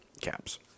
caps